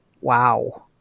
Wow